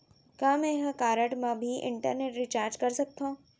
का मैं ह कारड मा भी इंटरनेट रिचार्ज कर सकथो